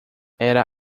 era